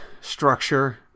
structure